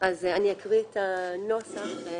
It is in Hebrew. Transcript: אני אקריא את הנוסח.